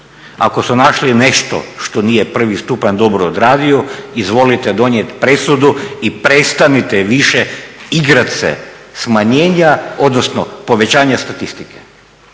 Ako su našli nešto što nije prvi stupanj dobro odradio izvolite donijeti presudu i prestanite više igrat se smanjenja odnosno povećanja statistike.